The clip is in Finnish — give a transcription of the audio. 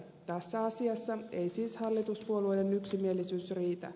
tässä asiassa ei siis hallituspuolueiden yksimielisyys riitä